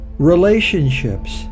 Relationships